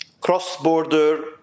cross-border